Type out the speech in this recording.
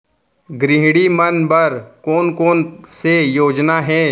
गृहिणी मन बर कोन कोन से योजना हे?